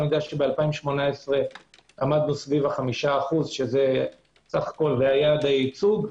ב-2018 עמדנו סביב 5%, שזה היה ייצוג.